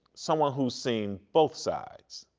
someone who's seen both sides.